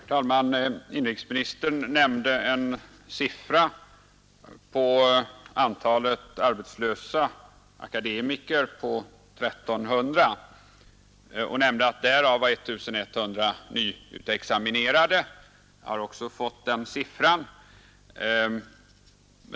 Herr talman! Inrikesministern nämnde siffran 1 300 för antalet arbetslösa akademiker, och han sade att därav var I 100 nyutexaminerade. Jag har också fått den siffran.